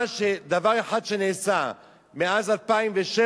דבר אחד שנעשה מאז 2007,